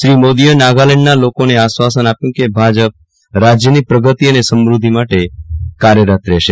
શ્રી મોદીએ નાગાલેન્ડના લોકોને આશ્વાસન આપ્યું કે ભાજપ રાજયની પ્રગતિ અને સમૃધ્ધિ માટે કાર્યરત રહેશે